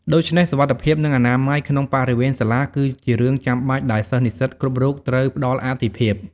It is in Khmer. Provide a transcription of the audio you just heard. ដូច្នេះ សុវត្ថិភាព និងអនាម័យ ក្នុងបរិវេណសាលា គឺជារឿងចាំបាច់ដែលសិស្សនិស្សិតគ្រប់រូបត្រូវផ្ដល់អាទិភាព។